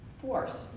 force